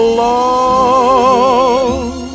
love